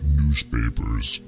newspapers